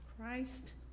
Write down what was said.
christ